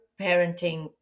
parenting